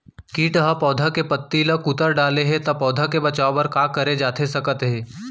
किट ह पौधा के पत्ती का कुतर डाले हे ता पौधा के बचाओ बर का करे जाथे सकत हे?